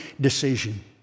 decision